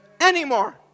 anymore